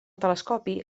telescopi